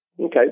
Okay